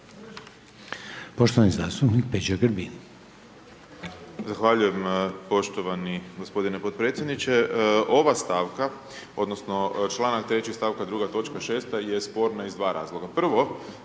poštovani zastupnik Ante Bačić.